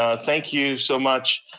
ah thank you so much.